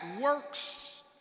works